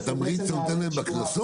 את התמריץ אתה נותן להם בקנסות?